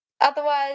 otherwise